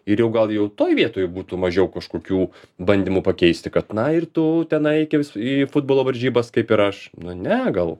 ir jau gal jau toj vietoj būtų mažiau kažkokių bandymų pakeisti kad na ir tu tenai vis į futbolo varžybas kaip ir aš nu ne gal